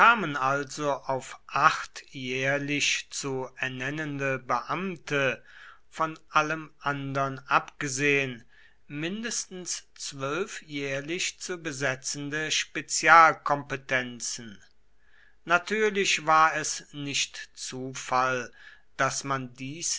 also auf acht jährlich zu ernennende beamte von allem andern abgesehen mindestens zwölf jährlich zu besetzende spezialkompetenzen natürlich war es nicht zufall daß man dies